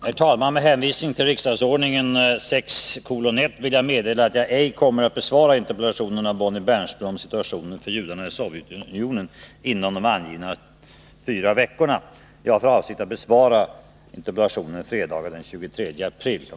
Herr talman! Med hänvisning till riksdagsordningen 6 kap. 1§ vill jag meddela att jag ej kommer att besvara Bonnie Bernströms interpellation om situationen för judarna i Sovjetunionen inom de angivna fyra veckorna. Jag har för avsikt att besvara interpellationen fredagen den 23 april kl.